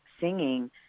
singing